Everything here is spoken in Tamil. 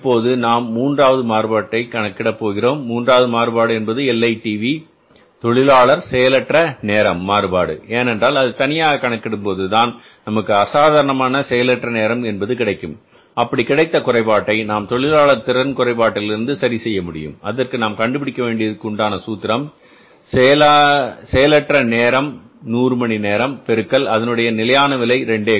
இப்போது நாம் மூன்றாவது மாறுபாட்டை கணக்கிட போகிறோம் மூன்றாவது மாறுபாடு என்பது LITV தொழிலாளர் செயலற்ற நேரம் மாறுபாடு ஏனென்றால் அதை தனியாக கணக்கிடும்போது தான் நமக்கு அசாதாரணமான செயலற்ற நேரம் என்பது கிடைக்கும் அப்படி கிடைத்த குறைபாட்டை நாம் தொழிலாளர் திறன் குறைபாட்டிலிருந்து சரி செய்ய முடியும் அதற்கு நாம் கண்டுபிடிக்க வேண்டியது உண்டான சூத்திரம் செயலர் நேரம் 100 மணி நேரம் பெருக்கல் அதனுடைய நிலையான விலை அது 2